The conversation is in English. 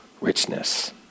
richness